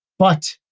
but,